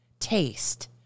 taste